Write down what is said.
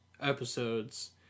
episodes